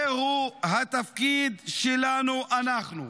זהו התפקיד שלנו, אנחנו.